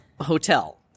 hotel